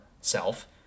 self